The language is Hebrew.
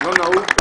לא נהוג,